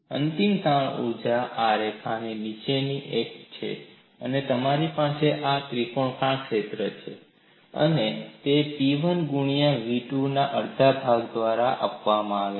અંતિમ તાણ ઊર્જા આ રેખાની નીચેની એક છે અને તમારી પાસે આ ત્રિકોણાકાર ક્ષેત્ર છે અને તે P1 ગુણ્યા V2 ના અડધા ભાગ દ્વારા માં આપવામાં આવે છે